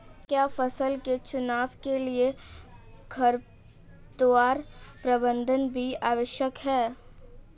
क्या फसल के चुनाव के लिए खरपतवार प्रबंधन भी आवश्यक है?